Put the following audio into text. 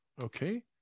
okay